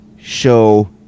show